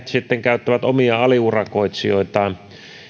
sitten käyttävät omia aliurakoitsijoitaan